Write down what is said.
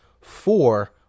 four